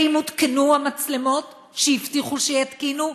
האם הותקנו המצלמות שהבטיחו שיתקינו?